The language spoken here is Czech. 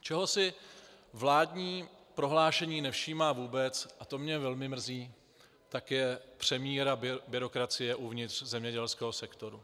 Čeho si vládní prohlášení nevšímá vůbec, a to mě velmi mrzí, je přemíra byrokracie uvnitř zemědělského sektoru.